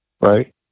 right